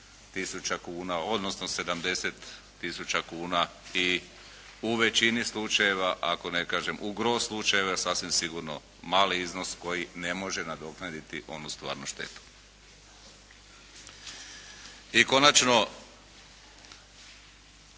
tisuća kuna, odnosno 70 tisuća kuna i u većini slučajeva, ako ne kažem u gro slučajeva sasvim sigurno mali iznos koji ne može nadoknaditi onu stvarnu štetu. I konačno,